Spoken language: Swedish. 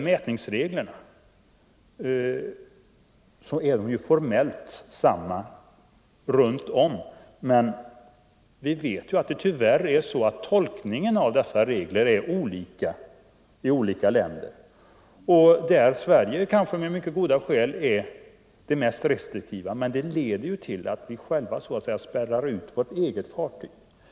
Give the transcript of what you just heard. Mätningsreglerna är formellt desamma överallt, men tyvärr vet vi att tolkningen av dessa regler är olika i olika länder. Här är Sverige kanske med mycket goda skäl det mest restriktiva landet, men det leder ju till att vi så att säga spärrar ut våra egna fartyg.